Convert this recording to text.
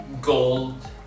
gold